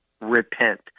Repent